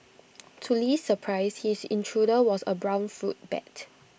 to Li's surprise his intruder was A brown fruit bat